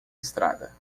estrada